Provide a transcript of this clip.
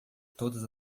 todas